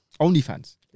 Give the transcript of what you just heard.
OnlyFans